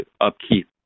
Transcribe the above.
upkeep